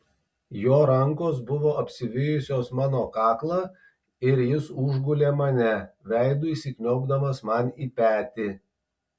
jo rankos buvo apsivijusios mano kaklą ir jis užgulė mane veidu įsikniaubdamas man į petį